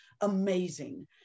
amazing